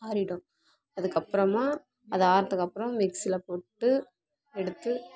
ஆறிடும் அதுக்கப்புறமா அது ஆறதுக்கு அப்புறம் மிக்ஸியில் போட்டு எடுத்து